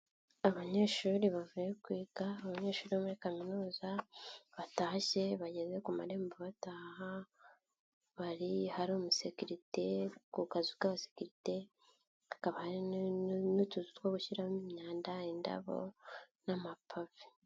Abanyeshuri bavuye kwiga abanyeshuri bo muri kaminuza batashye, bageze ku marembo bataha, bari ahari umusekerite, ku kazu ka abasekirite, hakaba n'utuzu two gushyiramo imyanda, indabo n'amapave.